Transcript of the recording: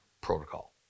protocol